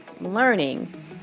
learning